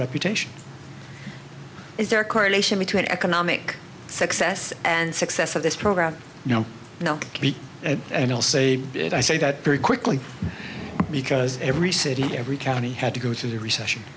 reputation is there a correlation between economic success and success of this program you know now and i'll say it i say that very quickly because every city every county had to go to the recession